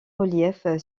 relief